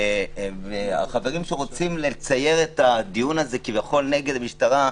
והחברים שרוצים לצייר את הדיון הזה כביכול נגד המשטרה,